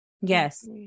Yes